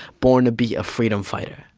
born to be a freedom fighter.